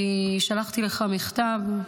אני שלחתי לך מכתב.